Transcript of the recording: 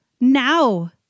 Now